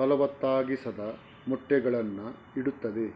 ಫಲವತ್ತಾಗಿಸದ ಮೊಟ್ಟೆಗಳನ್ನು ಇಡುತ್ತದೆ